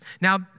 Now